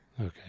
Okay